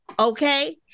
Okay